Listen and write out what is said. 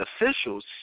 officials